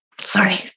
Sorry